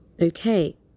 Okay